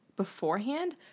beforehand